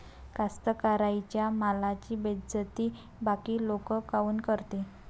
कास्तकाराइच्या मालाची बेइज्जती बाकी लोक काऊन करते?